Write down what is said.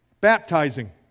baptizing